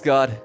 God